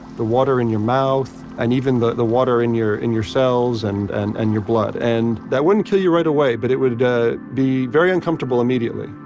the water in your mouth, and even the the water in your in your cells and and and your blood. and that wouldn't kill you right away but it would ah be very uncomfortable immediately.